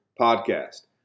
podcast